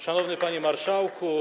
Szanowny Panie Marszałku!